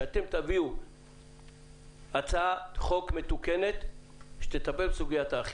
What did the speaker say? שאתם תביאו הצעת חוק מתוקנת שתטפל בסוגיית האכיפה.